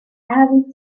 haven’t